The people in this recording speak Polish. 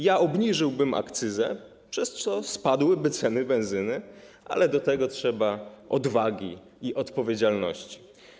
Ja obniżyłbym akcyzę, przez co spadłyby ceny benzyny, ale do tego trzeba odwagi i odpowiedzialności.